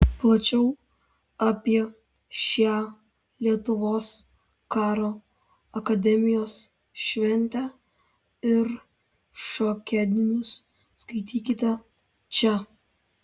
plačiau apie šią lietuvos karo akademijos šventę ir šiokiadienius skaitykite čia